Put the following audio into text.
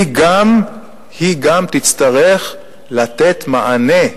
גם תצטרך לתת מענה,